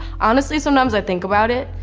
honestly, sometimes i think about it.